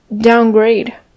downgrade